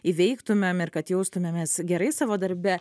įveiktumėm ir kad jaustumėmės gerai savo darbe